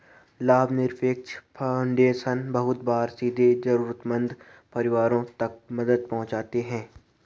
लाभनिरपेक्ष फाउन्डेशन बहुत बार सीधे जरूरतमन्द परिवारों तक मदद पहुंचाते हैं